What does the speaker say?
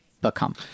become